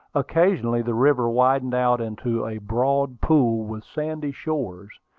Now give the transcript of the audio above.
occasionally the river widened out into a broad pool, with sandy shores.